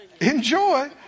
enjoy